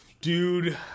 Dude